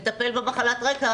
אז לטפל במחלת הרקע,